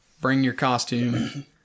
bring-your-costume